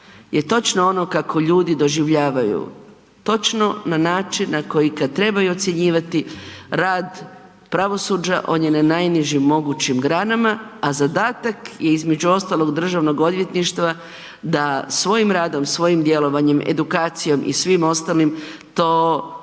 točno ono kako ljudi doživljavaju, točno na način na koji kada trebaju ocjenjivati rad pravosuđa on je na najnižim mogućim granama, a zadatak je između ostalog Državnog odvjetništva da svojim radom, svojim djelovanjem, edukacijom i svim ostalim to zaista